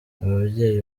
ababyeyi